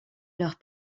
leurs